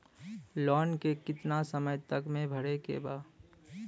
Loan के कितना समय तक मे भरे के बा?